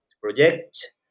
project